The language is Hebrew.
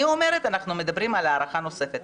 אומרת שאנחנו מדברים על הארכה נוספת.